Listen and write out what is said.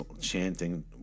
chanting